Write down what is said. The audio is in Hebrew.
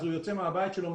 אז הוא יוצא מהבית שלו,